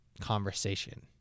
conversation